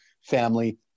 family